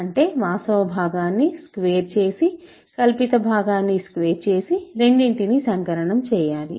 అంటే వాస్తవ భాగాన్ని స్క్వేర్ చేసి కల్పిత భాగాన్ని స్క్వేర్ చేసి రెండింటినీ సంకలనం చేయాలి